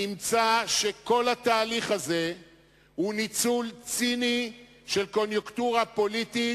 נמצא שכל התהליך הזה הוא ניצול ציני של קוניונקטורה פוליטית,